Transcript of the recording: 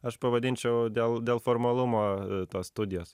aš pavadinčiau dėl dėl formalumo tos studijos